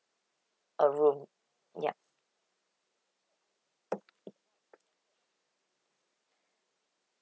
a room yup